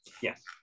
Yes